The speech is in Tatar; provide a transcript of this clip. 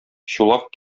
чулак